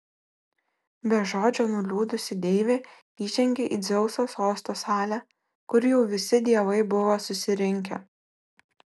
be žodžio nuliūdusi deivė įžengė į dzeuso sosto salę kur jau visi dievai buvo susirinkę